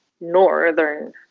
northern